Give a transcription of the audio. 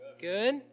Good